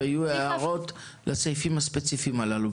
ויהיו הערות לסעיפים הספציפיים הללו,